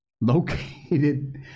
located